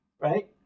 right